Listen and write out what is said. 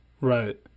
Right